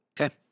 Okay